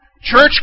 Church